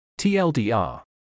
TLDR